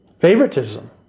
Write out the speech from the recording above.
Favoritism